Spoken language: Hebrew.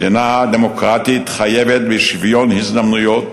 מדינה דמוקרטית חייבת בשוויון הזדמנויות